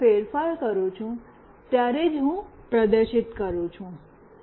જ્યારે હું ફેરફાર કરું છું ત્યારે જ હું પ્રદર્શિત કરું છું